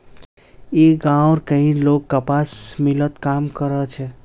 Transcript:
ई गांवउर कई लोग कपास मिलत काम कर छे